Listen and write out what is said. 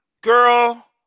girl